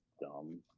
Dumb